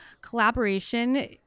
collaboration